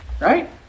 right